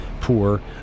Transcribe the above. poor